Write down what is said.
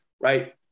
right